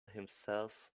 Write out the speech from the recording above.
himself